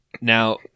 Now